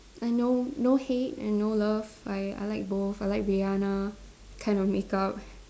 uh no no hate and no love I I like both I like Rihanna kind of make up